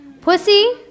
Pussy